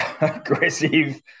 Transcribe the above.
aggressive